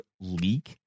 leak